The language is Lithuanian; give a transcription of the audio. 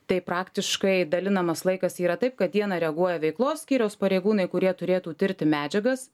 tai praktiškai dalinamas laikas yra taip kad dieną reaguoja veiklos skyriaus pareigūnai kurie turėtų tirti medžiagas